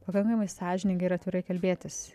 pakankamai sąžiningai ir atvirai kalbėtis